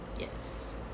yes